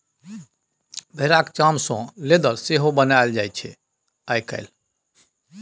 भेराक चाम सँ लेदर सेहो बनाएल जाइ छै आइ काल्हि